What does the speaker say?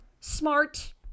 smart